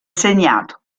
segnato